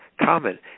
common